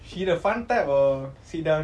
she the fun type or sit down